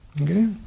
okay